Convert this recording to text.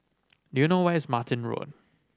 do you know where is Martin Road